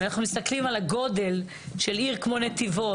אם אנחנו מסתכלים על הגודל של עיר כמו נתיבות.